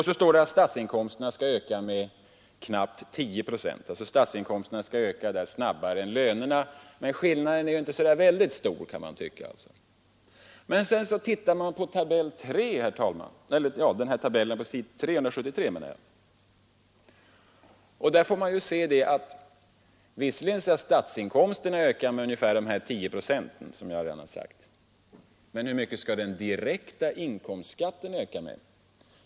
Vidare står det att statsinkomsterna skall öka med knappt 10 procent. Statsinkomsterna skall alltså öka snabbare än lönerna, men skillnaden är inte särskilt stor. Ser man sedan på tabellen på s. 373, finner man att statsinkomsterna visserligen skall öka med ungefär de 10 procent som jag har angivit, men med hur mycket skall den direkta inkomstskatten öka?